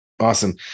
Awesome